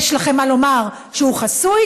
יש לכם מה לומר שהוא חסוי?